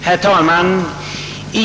Herr talman!